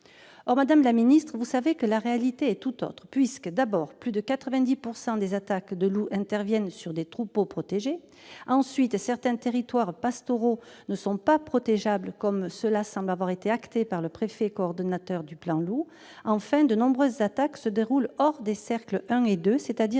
Or, madame la ministre, vous savez que la réalité est tout autre. Tout d'abord, plus de 90 % des attaques de loup visent des troupeaux protégés. Ensuite, certains territoires pastoraux ne sont pas protégeables, ce que le préfet coordonnateur du plan Loup semble avoir acté. Enfin, de nombreuses attaques se déroulent hors des cercles 1 et 2, c'est-à-dire